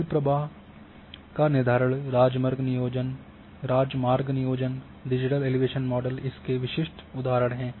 जल प्रवाह का निर्धारण राजमार्ग नियोजन डिजिटल एलिवेशन मॉडल इसके विशिष्ट उदाहरण हैं